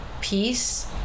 peace